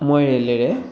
মই ৰে'লেৰে